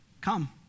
come